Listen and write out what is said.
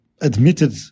admitted